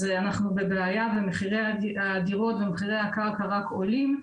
אנחנו בבעיה ומחירי הדירות ומחירי הקרקע רק עולים.